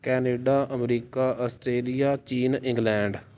Canada America Australia ਚੀਨ England